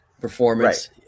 performance